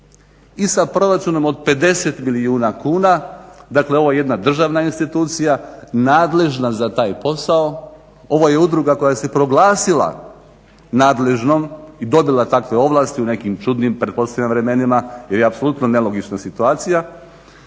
i sa proračunom od 50 milijuna. Dakle, ovo je jedna državna institucija, nadležna za taj posao, ovo je udruga koja se proglasila nadležnom i dobila takve ovlasti u nekim čudim pretpostavljam vremenima jer je apsolutno nelogična situacija.